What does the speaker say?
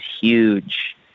huge